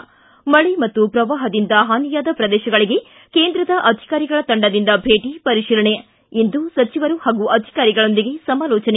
ಿ ಮಳೆ ಹಾಗೂ ಪ್ರವಾಹದಿಂದ ಹಾನಿಯಾದ ಪ್ರದೇಶಗಳಿಗೆ ಕೇಂದ್ರದ ಅಧಿಕಾರಿಗಳ ತಂಡದಿಂದ ಭೇಟ ಪರಿಶೀಲನೆ ಇಂದು ಸಚಿವರು ಹಾಗೂ ಅಧಿಕಾರಿಗಳೊಂದಿಗೆ ಸಮಾಲೋಚನೆ